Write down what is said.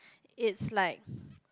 it's like